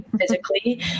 Physically